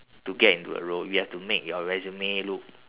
to get into a role you have to make your resume look